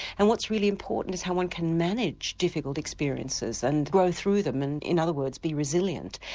and what's really important is how one can manage difficult experiences and grow through them, and in other words be resilient.